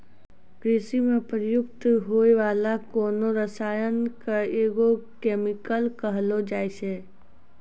कृषि म प्रयुक्त होय वाला कोनो रसायन क एग्रो केमिकल कहलो जाय छै